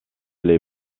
les